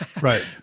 Right